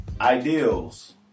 ideals